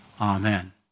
Amen